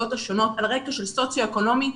השונות על רקע של סוציו אקונומי,